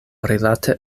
rilate